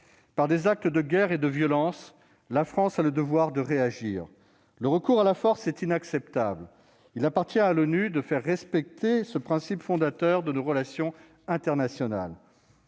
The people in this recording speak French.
par des actes de guerre et de violence, la France a le devoir de réagir. Le recours à la force est inacceptable. Il appartient à l'ONU de faire respecter ce principe fondateur de nos relations internationales.